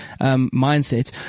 mindset